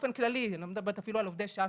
הזה אני אפילו לא מדברת על עובדי שעה,